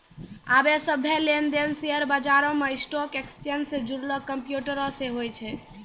आबे सभ्भे लेन देन शेयर बजारो मे स्टॉक एक्सचेंज से जुड़लो कंप्यूटरो से होय छै